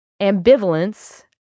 ambivalence